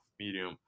Medium